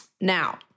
Now